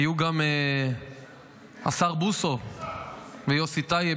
היו גם השר בוסו ויוסי טייב,